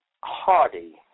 Hardy